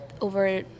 over